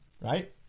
right